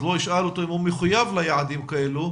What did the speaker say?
אז אני לא אשאל אם הוא מחויב ליעדים האלה,